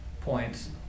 points